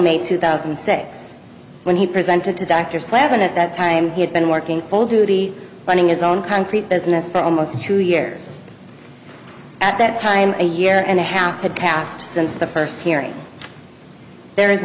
may two thousand and six when he presented to dr slavin at that time he had been working full duty running his own concrete business for almost two years at that time a year and a half had passed since the first hearing there is